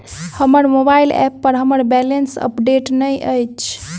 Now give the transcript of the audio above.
हमर mobile app पर हमर बैलेंस अपडेट नहि अछि